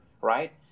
right